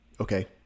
Okay